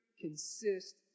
consist